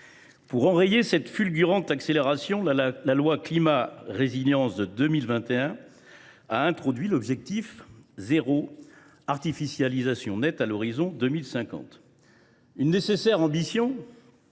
Pour enrayer cette fulgurante accélération, la loi Climat et Résilience de 2021 a introduit l’objectif zéro artificialisation nette à horizon 2050. J’avais moi